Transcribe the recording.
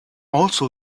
also